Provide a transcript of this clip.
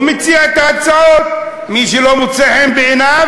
הוא מציע את ההצעות: מי שלא מוצא חן בעיניו,